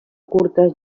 curtes